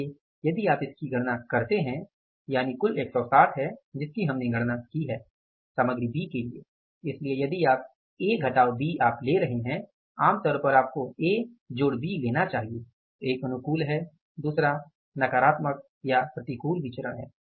इसलिए यदि आप इसकी गणना करते हैं यानि कुल 160 है जिसकी हमने गणना की है सामग्री B के लिए इसलिए यदि A -B आप ले रहे हैं आमतौर पर आपको A B लेना चाहिए एक अनुकूल है दूसरा नकारात्मक या प्रतिकूल विचरण है